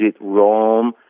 Rome